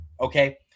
okay